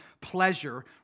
pleasure